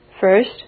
First